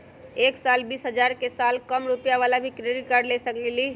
एक लाख बीस हजार के साल कम रुपयावाला भी क्रेडिट कार्ड ले सकली ह?